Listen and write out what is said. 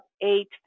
eight